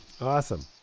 Awesome